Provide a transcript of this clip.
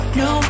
no